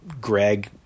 Greg